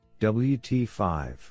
WT5